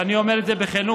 ואני אומר את זה בכנות: